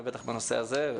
ובטח בנושא הזה.